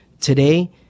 Today